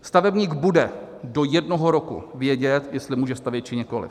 Stavebník bude do jednoho roku vědět, jestli může stavět, či nikoliv.